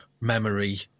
memory